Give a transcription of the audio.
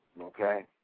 Okay